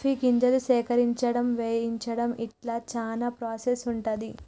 coffee గింజలు సేకరించడం వేయించడం ఇట్లా చానా ప్రాసెస్ ఉంటది